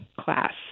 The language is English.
class